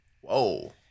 Whoa